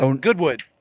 Goodwood